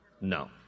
No